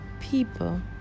People